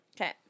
Okay